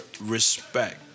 respect